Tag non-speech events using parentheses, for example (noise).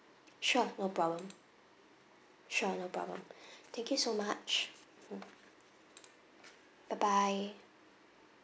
sure no problem sure no problem (breath) thank you so much mm bye bye